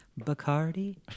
Bacardi